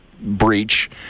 Breach